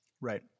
right